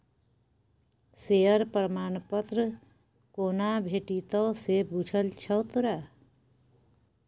Share प्रमाण पत्र कोना भेटितौ से बुझल छौ तोरा?